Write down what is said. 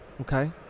okay